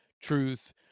truth